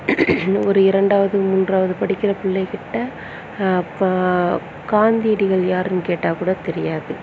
என்ன ஒரு இரண்டாவது மூன்றாவது படிக்கிற பிள்ளைக்கிட்ட கா காந்தியடிகள் யாருன்னு கேட்டால் கூட தெரியாது